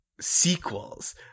sequels